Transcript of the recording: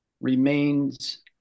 remains